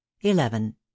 Eleven